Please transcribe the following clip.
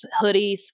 hoodies